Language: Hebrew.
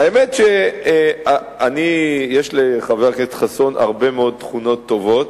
האמת שיש לחבר הכנסת חסון הרבה מאוד תכונות טובות